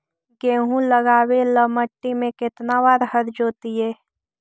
गेहूं लगावेल मट्टी में केतना बार हर जोतिइयै?